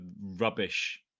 rubbish